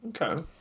Okay